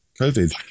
COVID